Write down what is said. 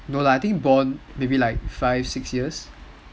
no lah I think bond maybe like five six years